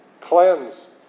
cleanse